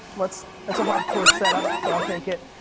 let's, that's a hardcore setup, so i'll take it.